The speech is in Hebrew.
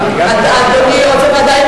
אדוני רוצה ועדה?